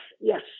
yes